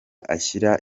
ashyira